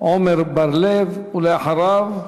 עמר בר-לב, ואחריו,